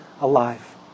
alive